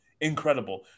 incredible